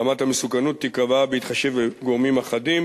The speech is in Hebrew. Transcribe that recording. רמת המסוכנות תיקבע בהתחשב בגורמים אחדים: